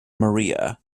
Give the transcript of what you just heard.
maria